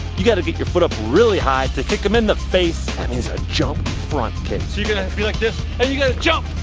you gotta get your foot up really high to kick them in the face. that means a jump front kick. so you're gonna be like this and you're gonna jump,